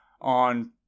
On